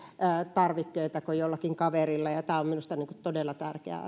tarvikkeita kuin jollakin kaverilla ja ja tämä on minusta todella tärkeä